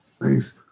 Thanks